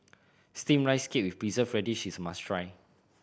Steamed Rice Cake with Preserved Radish is a must try